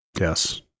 Yes